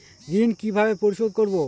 ঋণ কিভাবে পরিশোধ করব?